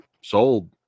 Sold